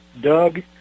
Doug